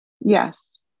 Yes